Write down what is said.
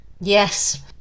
yes